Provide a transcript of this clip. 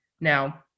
Now